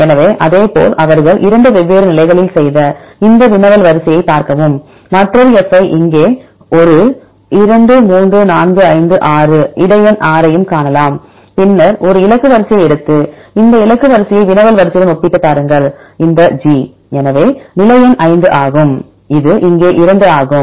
எனவே அதேபோல் அவர்கள் 2 வெவ்வேறு நிலைகளில் செய்த இந்த வினவல் வரிசையைப் பார்க்கவும் மற்றொரு F ஐ இங்கே ஒரு 2 3 4 5 6 இட எண் 6 ஐயும் காணலாம் பின்னர் ஒரு இலக்கு வரிசையை எடுத்து இந்த இலக்கு வரிசையை வினவல் வரிசையுடன் ஒப்பிட்டுப் பாருங்கள் இந்த G எனவே நிலை எண் இது 5 ஆகும் இது இங்கே 2 ஆகும்